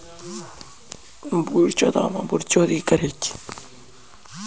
सभ्भे के अपनो लेन देनो के जानकारी लेली आनलाइन पासबुक देखना जरुरी छै